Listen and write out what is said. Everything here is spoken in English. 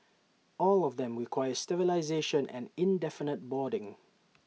all of them require sterilisation and indefinite boarding